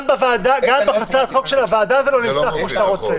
גם בהצעת החוק של הוועדה זה לא נפתח כמו שאתה רוצה.